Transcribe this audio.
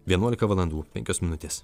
vienuolika valandų penkios minutės